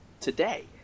today